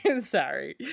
sorry